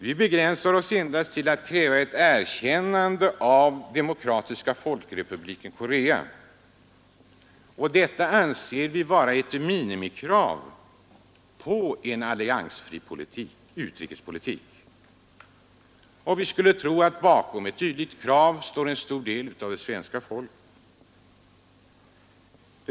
Vi diplomatiska för begränsar oss till att kräva ett erkännande av Demokratiska folkrepu = ?indelser med bliken Korea. Detta anser vi vara ett minimikrav på en alliansfri Demokratiska utrikespolitik. Vi skulle tro att bakom ett dylikt krav står en stor del av FOTFPNRIREE orea det svenska folket.